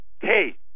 hey